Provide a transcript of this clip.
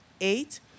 Eight